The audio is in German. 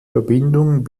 verbindung